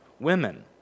women